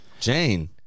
Jane